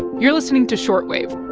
you're listening to short wave